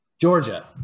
Georgia